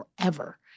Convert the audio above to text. forever